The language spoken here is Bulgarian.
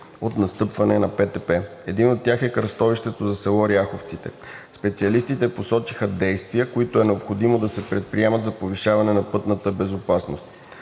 от настъпване на ПТП. Един от тях е кръстовището за село Ряховците. Специалистите посочиха действия, които е необходимо да се предприемат за повишаване на пътната безопасност.